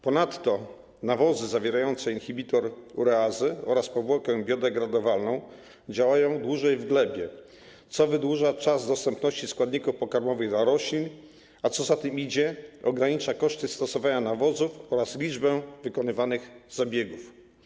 Ponadto nawozy zawierające inhibitor ureazy oraz powłokę biodegradowalną działają dłużej w glebie, co wydłuża czas dostępności składników pokarmowych dla roślin, a co za tym idzie - ogranicza koszty stosowania nawozów oraz liczbę wykonywanych zabiegów.